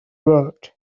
world